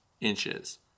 inches